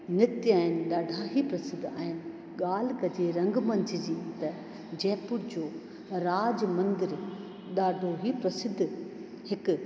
नृत्य आहिनि ॾाढा ई प्रसिद्ध आहिनि ॻाल्हि कजे रंगमंच जी त जयपुर जो राजमंदरु ॾाढो ई प्रसिद्ध हिकु